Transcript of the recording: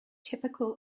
typical